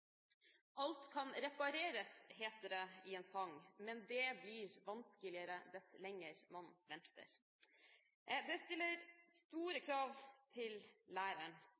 kan repareres», heter det i en sang – men det blir vanskeligere dess lenger man venter. Det stiller store krav til læreren.